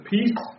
Peace